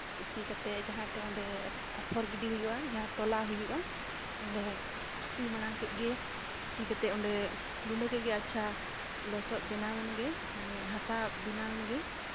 ᱥᱤ ᱠᱟᱛᱮᱫ ᱡᱟᱦᱟᱸ ᱴᱷᱮᱡ ᱚᱸᱰᱮ ᱟᱯᱷᱚᱨ ᱜᱤᱰᱤ ᱦᱩᱭᱩᱜᱼᱟ ᱡᱟᱦᱟᱸ ᱛᱚᱞᱟ ᱦᱩᱭᱩᱜᱼᱟ ᱚᱸᱰᱮ ᱥᱤ ᱢᱟᱲᱟᱝ ᱠᱮᱫ ᱜᱮ ᱥᱤ ᱠᱟᱛᱮᱫ ᱚᱸᱰᱮ ᱜᱩᱰᱟᱹ ᱠᱮᱫᱜᱮ ᱟᱪᱪᱷᱟ ᱞᱚᱥᱚᱫ ᱵᱮᱱᱟᱣ ᱮᱱᱜᱮ ᱢᱟᱱᱮ ᱦᱟᱥᱟ ᱵᱮᱱᱟᱣ ᱮᱱᱜᱮ